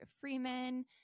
Freeman